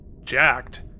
jacked